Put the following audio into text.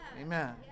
Amen